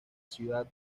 ciudad